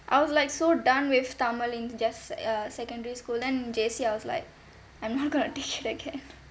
I was like so done with tamil in just err secondary school then J_C I was like I'm not going to